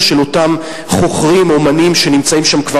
של אותם חוכרים אמנים שנמצאים שם,